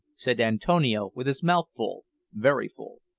said antonio, with his mouth full very full.